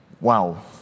Wow